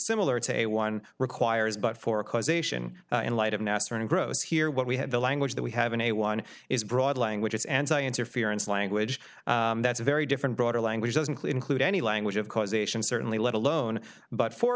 similar to a one requires but for causation in light of nasser and gross here what we have the language that we have an a one is broad languages and i interference language that's very different broader language doesn't clean include any language of causation certainly let alone but for